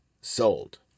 sold